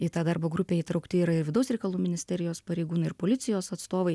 į tą darbo grupę įtraukti yra ir vidaus reikalų ministerijos pareigūnai ir policijos atstovai